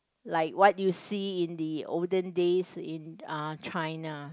like what you see in the olden day in uh China